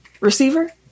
receiver